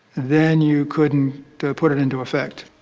then you couldn't put it into effect.